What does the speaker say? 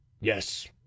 yes